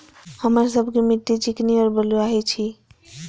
हमर सबक मिट्टी चिकनी और बलुयाही छी?